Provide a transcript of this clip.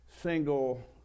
single